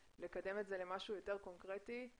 לקדם את זה למשהו יותר קונקרטי,